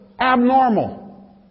abnormal